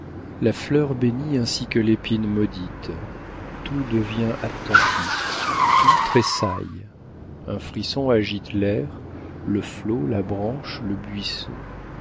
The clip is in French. la fleur bénie ainsi que l'épine maudite tout devient attentif tout tressaille un frisson agite l'air le flot la branche le buisson